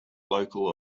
local